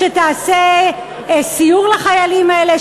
שתעשה סיור לחיילים האלה,